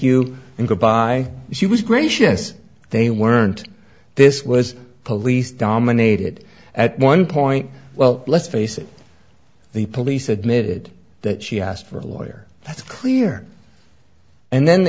you and goodbye she was gracious they weren't this was police dominated at one point well let's face it the police admitted that she asked for a lawyer that's clear and then